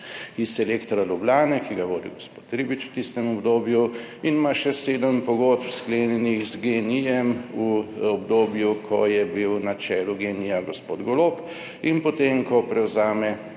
iz Elektra Ljubljane, ki ga vodi gospod Ribič v tistem obdobju in ima še 7 pogodb sklenjenih z Gen-I v obdobju, ko je bil na čelu genija gospod Golob. In potem, ko prevzame